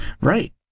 Right